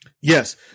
Yes